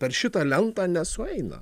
per šitą lentą nesueina